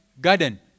garden